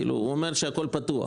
כאילו זה אומר שהכול פתוח.